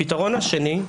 הפתרון השני,